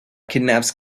kidnaps